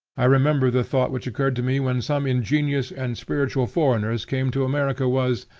i remember the thought which occurred to me when some ingenious and spiritual foreigners came to america, was,